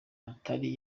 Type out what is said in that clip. atari